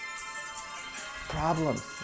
Problems